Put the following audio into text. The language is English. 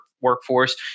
workforce